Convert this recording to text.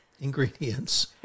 ingredients